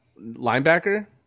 linebacker